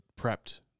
prepped